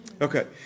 Okay